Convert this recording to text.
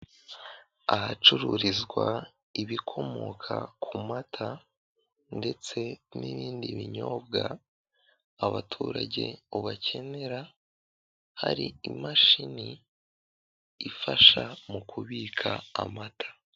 Ahacururizwa ibikomoka ku mata ndetse n'ibindi binyobwa abaturage ubakenera, hari imashini ifasha mu kubika amata.